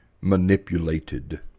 manipulated